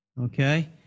Okay